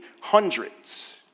hundreds